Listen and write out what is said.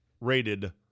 rated